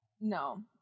no